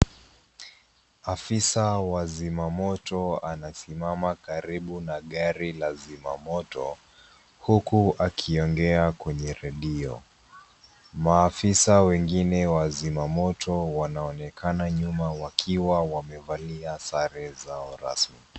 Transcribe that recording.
Afisa wa zima moto anasimama karibu na gari la zima moto huku akiongea kwenye redio. Maafisa wengine wazima moto wanaonekana nyuma wakiwa wamevalia sare zao rasmi.